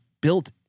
built